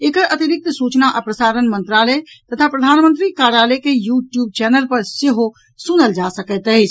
एकर अतिरिक्त सूचना आ प्रसारण मंत्रालय तथा प्रधानमंत्री कार्यालय के यूट्यूब चैनल पर सेहो सुनल जा सकैत अछि